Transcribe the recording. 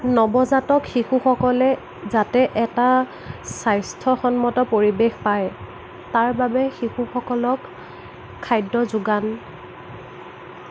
নৱজাতক শিশুসকলে যাতে এটা স্বাস্থ্যসন্মত পৰিৱেশ পায় তাৰ বাবে শিশুসকলক খাদ্য যোগান